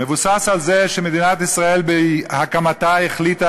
מבוסס על זה שמדינת ישראל בהקמתה החליטה